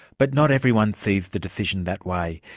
but not everyone sees the decision that way.